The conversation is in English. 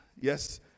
Yes